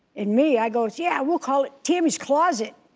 and me, i goes, yeah, we'll call it tammy's closet.